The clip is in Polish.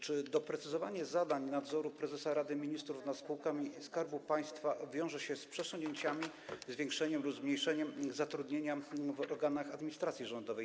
Czy doprecyzowanie zadań nadzoru prezesa Rady Ministrów nad spółkami Skarbu Państwa wiąże się z przesunięciami, zwiększeniem lub zmniejszeniem zatrudnienia w organach administracji rządowej?